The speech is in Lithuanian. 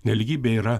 nelygybė yra